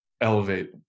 elevate